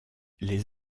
les